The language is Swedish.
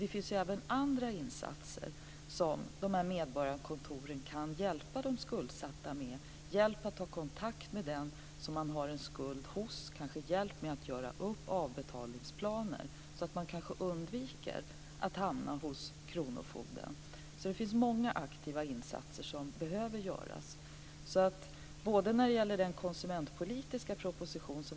Det finns även annat som medborgarkontoren kan hjälpa de skuldsatta med, t.ex. hjälp med att ta kontakt med den som de har en skuld hos, hjälp med att göra upp avbetalningsplaner så att de undviker att hamna hos kronofogden. Det finns många aktiva insatser som behöver göras.